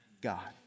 God